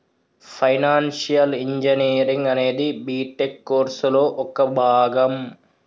financial engineering అనేది BTech కోర్సులో ఒక భాగం